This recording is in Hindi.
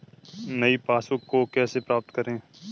नई पासबुक को कैसे प्राप्त करें?